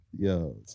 Yo